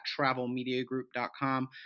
travelmediagroup.com